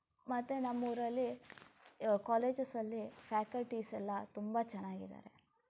ಮತ್ತು ನಮ್ಮ ಊರಲ್ಲಿ ಕಾಲೇಜಸ್ಸಲ್ಲಿ ಫ್ಯಾಕಲ್ಟೀಸ್ ಎಲ್ಲ ತುಂಬ ಚೆನ್ನಾಗಿದ್ದಾರೆ